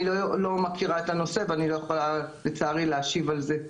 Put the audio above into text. אני לא מכירה את הנושא ולצערי אני לא יכולה להשיב על זה.